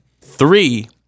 three